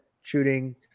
shooting